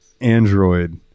android